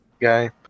guy